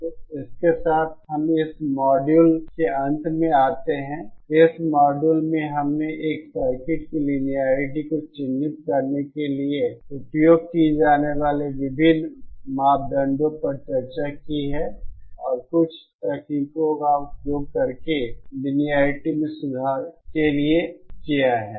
तो इसके साथ हम इस मॉड्यूल के अंत में आते हैं इस मॉड्यूल में हमने एक सर्किट की लिनियेरिटी को चिह्नित करने के लिए उपयोग किए जाने वाले विभिन्न मापदंडों पर चर्चा की है और कुछ तकनीकों का उपयोग लिनियेरिटी में सुधार के लिए किया है